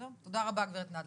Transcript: תודה רבה, גב' נדלר.